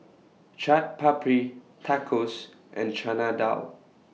Chaat Papri Tacos and Chana Dal